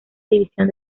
división